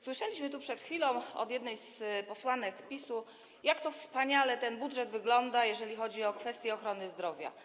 Słyszeliśmy przed chwilą od jednej z posłanek PiS-u, jak to wspaniale ten budżet wygląda, jeżeli chodzi o kwestię ochrony zdrowia.